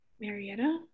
Marietta